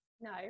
No